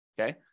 okay